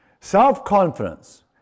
Self-confidence